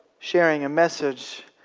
sharing a message